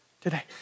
today